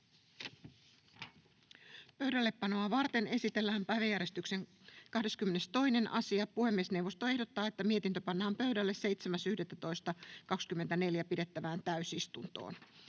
Pöydällepanoa varten esitellään päiväjärjestyksen 22. asia. Puhemiesneuvosto ehdottaa, että mietintö pannaan pöydälle 7.11.2024 pidettävään täysistuntoon.